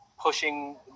pushing